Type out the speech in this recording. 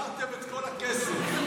גמרתם את כל הכסף.